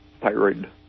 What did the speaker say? thyroid